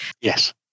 Yes